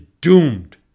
doomed